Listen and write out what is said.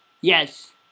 Yes